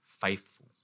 faithful